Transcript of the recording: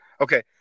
Okay